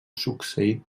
succeït